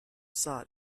sought